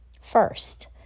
First